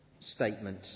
statement